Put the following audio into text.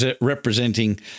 representing